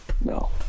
No